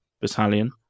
Battalion